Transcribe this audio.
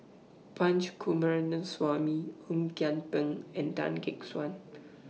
Punch Coomaraswamy Ong Kian Peng and Tan Gek Suan